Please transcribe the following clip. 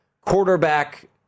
quarterback